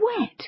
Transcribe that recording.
wet